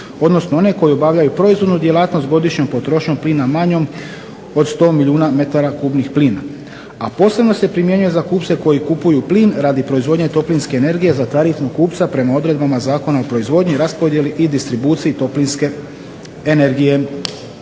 odnosno one koji obavljaju proizvodnu djelatnost s godišnjom potrošnjom plina manjom od 100 milijuna metara kubnih plina. A posebno se primjenjuje za kupce koji kupuju plin radi proizvodnje toplinske energije za tarifu kupca prema odredbama Zakona o proizvodnji, raspodjeli i distribuciji toplinske energije.